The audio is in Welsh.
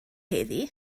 heddiw